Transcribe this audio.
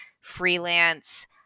freelance